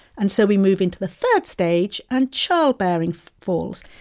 and so we move into the third stage and childbearing falls.